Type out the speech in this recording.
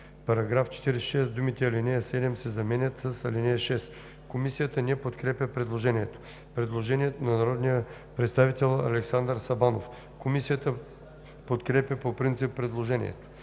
в § 46 думите „ал. 7“ се заменят с „ал. 6“.“ Комисията не подкрепя предложението. Предложение на народния представител Александър Сабанов. Комисията подкрепя по принцип предложението.